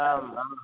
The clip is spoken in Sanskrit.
आम् आम्